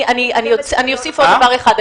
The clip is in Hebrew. אני אוסיף עוד דבר אחד,